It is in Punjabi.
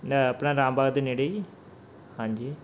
ਆਪਣਾ ਰਾਮ ਬਾਗ ਦੇ ਨੇੜੇ ਜੀ ਹਾਂਜੀ